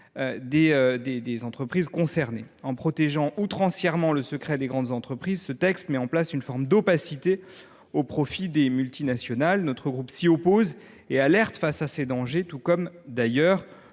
des entreprises concernées. En protégeant outrancièrement le secret des grandes entreprises, ce texte met en place une forme d’opacité au profit des multinationales. Notre groupe s’y oppose et donne l’alerte devant de tels dangers, comme l’ont